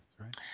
right